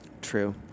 true